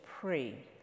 pray